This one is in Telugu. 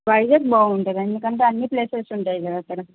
ప్రైజెస్ బాగుంటుంది అండి ఎందుకంటే అన్ని ప్లేసెస్ ఉంటాయి కదా అక్కడ